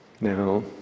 Now